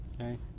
Okay